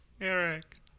Eric